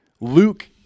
Luke